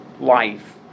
life